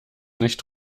nicht